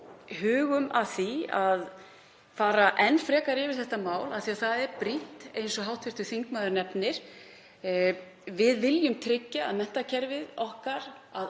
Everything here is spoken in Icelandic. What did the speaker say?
hugum að því að fara enn frekar yfir þetta mál af því það er brýnt, eins og hv. þingmaður nefnir. Við viljum tryggja að í menntakerfinu okkar